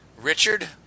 richard